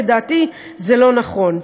לדעתי זה לא נכון,